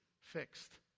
fixed